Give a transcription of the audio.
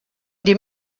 dem